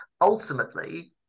ultimately